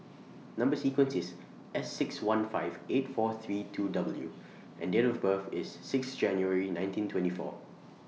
Number sequence IS S six one five eight four three two W and Date of birth IS six January nineteen twenty four